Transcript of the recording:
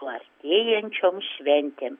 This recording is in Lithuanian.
su artėjančiom šventėm